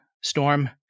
storm